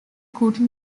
could